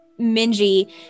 Minji